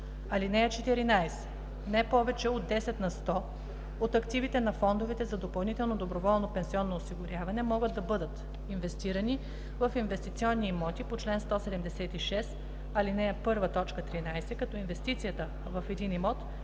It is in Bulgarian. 179б. (14) Не повече от 10 на сто от активите на фондовете за допълнително доброволно пенсионно осигуряване могат да бъдат инвестирани в инвестиционни имоти по чл. 176, ал. 1, т. 13, като инвестицията в един имот